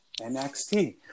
NXT